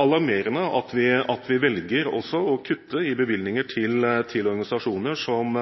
alarmerende at vi velger å kutte i bevilgninger til